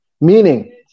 Meaning